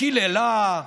קיללה,